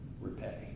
repay